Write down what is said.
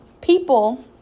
people